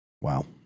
Wow